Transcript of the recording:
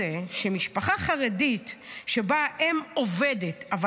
יוצא שמשפחה חרדית שבה האם עובדת אבל